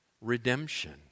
redemption